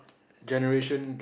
generation gap